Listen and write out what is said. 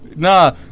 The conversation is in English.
nah